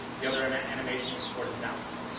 the other um animation we support is bounce.